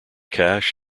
cash